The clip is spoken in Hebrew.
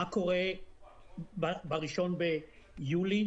מה קורה ב-1 ביולי,